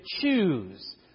choose